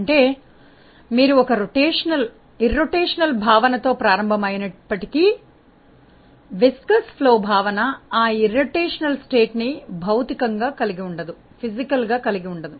అంటే మీరు ఒక భ్రమణ రహిత భావనతో ప్రారంభమైనప్పటికీ జిగట ప్రవాహ భావన ఆ భ్రమణ రహిత స్థితి భౌతికంగా కలిగి ఉండదు